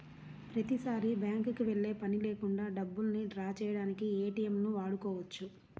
ప్రతిసారీ బ్యేంకుకి వెళ్ళే పని లేకుండా డబ్బుల్ని డ్రా చేయడానికి ఏటీఎంలను వాడుకోవచ్చు